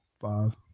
five